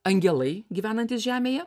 angelai gyvenantys žemėje